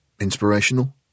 Inspirational